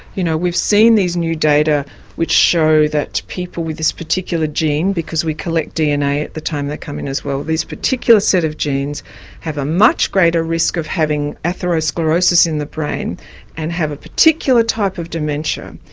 you know we've seen these new data which show that people with this particular gene because we collect dna at the time they come in as well these particular set of genes have a much greater risk of having atherosclerosis in the brain and have a particular type of dementia.